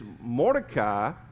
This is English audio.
Mordecai